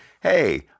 Hey